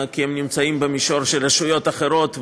כי הם נמצאים במישור של רשויות אחרות,